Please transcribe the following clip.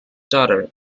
daughter